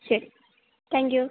ശരി thank you